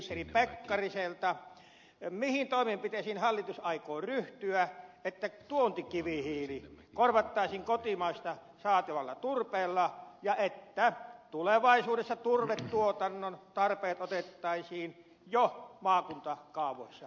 kysyisinkin ministeri pekkariselta mihin toimenpiteisiin hallitus aikoo ryhtyä että tuontikivihiili korvattaisiin kotimaasta saatavalla turpeella ja että tulevaisuudessa turvetuotannon tarpeet otettaisiin jo maakuntakaavoissa huomioon